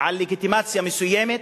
על לגיטימציה מסוימת.